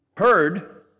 Heard